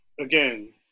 again